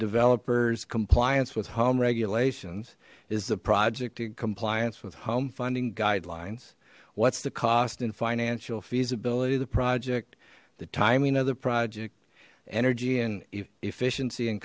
developers compliance with home regulations is the project in compliance with home funding guidelines what's the cost and financial feasibility of the project the timing of the project energy and efficiency and